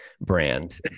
brand